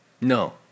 No